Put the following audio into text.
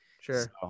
sure